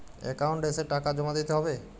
Account এসে টাকা জমা দিতে হবে?